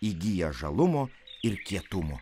įgija žalumo ir kietumo